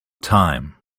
time